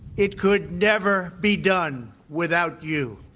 it could never be done without you.